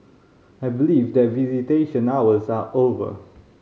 I believe that visitation hours are over